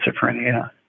schizophrenia